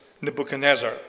Nebuchadnezzar